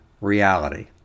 reality